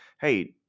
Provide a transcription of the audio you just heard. hey